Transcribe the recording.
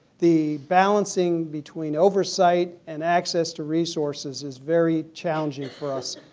the balancing between oversight and access to resources is very challenging for us.